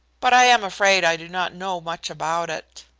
but i am afraid i do not know much about it.